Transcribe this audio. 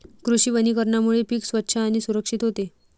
कृषी वनीकरणामुळे पीक स्वच्छ आणि सुरक्षित होते